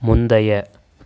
முந்தைய